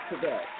today